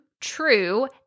true